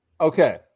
Okay